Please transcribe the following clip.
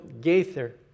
Gaither